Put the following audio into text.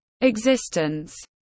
existence